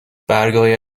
برگههای